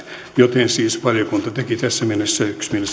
joten siis valiokunta teki tässä mielessä